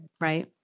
right